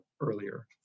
earlier